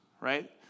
right